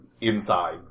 inside